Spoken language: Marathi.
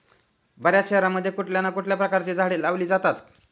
बर्याच शहरांमध्ये कुठल्या ना कुठल्या प्रकारची झाडे लावली जातात